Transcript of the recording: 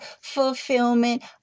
fulfillment